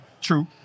True